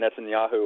Netanyahu